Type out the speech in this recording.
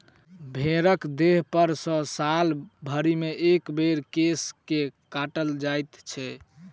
भेंड़क देहपर सॅ साल भरिमे एक बेर केश के काटल जाइत छै